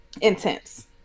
intense